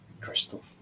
crystal